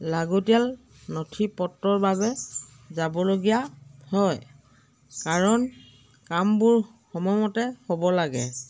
লাগতিয়াল নথি পত্ৰৰ বাবে যাবলগীয়া হয় কাৰণ কামবোৰ সময়মতে হ'ব লাগে